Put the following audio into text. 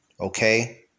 okay